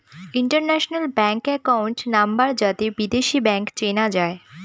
international bank account number যাতে বিদেশী bank চেনা যায়